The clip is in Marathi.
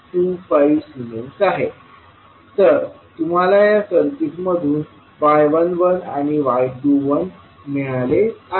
25S आहे तर तुम्हाला या सर्किटमधून y11 आणिy21 मिळाले आहे